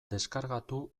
deskargatu